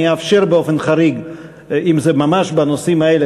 אני אאפשר באופן חריג אם זה ממש בנושאים האלה.